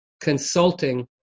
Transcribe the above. consulting